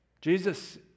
Jesus